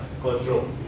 control